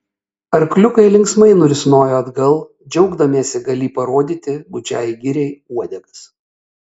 arkliukai linksmai nurisnojo atgal džiaugdamiesi galį parodyti gūdžiajai giriai uodegas